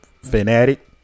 fanatic